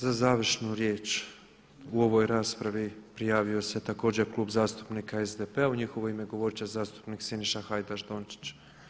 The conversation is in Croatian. Za završnu riječ u ovoj raspravi prijavio se također Klub zastupnika SDP-a u njihovo ime govorit će zastupnik Siniša Hajdaš Dončić.